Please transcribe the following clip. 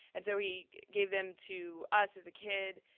and so he gave them to us as a kid,